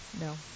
No